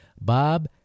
Bob